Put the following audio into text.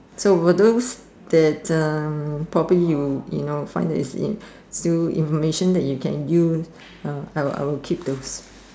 so for those that uh probably you you know find that it's in still information that you can use I will keep the